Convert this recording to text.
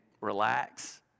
relax